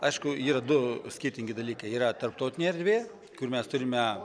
aišku yra du skirtingi dalykai yra tarptautinė erdvė kur mes turime